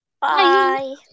Bye